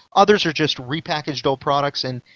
others are just repackaged old products, and,